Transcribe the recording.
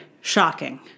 shocking